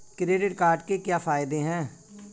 Credit card के क्या फायदे हैं?